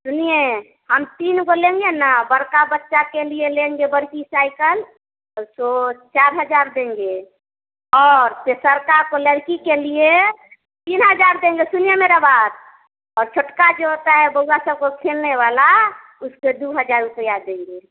सुनिए हम तीन गो लेंगे न बड़का बच्चा के लिए लेंगे बरकी साइकल तो सो चार हज़ार देंगे और तेसरका को लड़की के लिए तीन हज़ार देंगे सुनिए मेरा बात और छुटका जो होता है बउआ सब को खेलने वाला उसको दो हज़ार रुपया देंगे